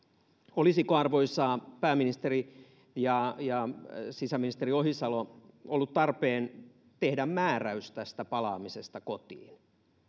olisiko arvoisa pääministeri ja ja sisäministeri ohisalo ollut tarpeen tehdä määräys tästä palaamisesta kotiin